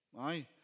aye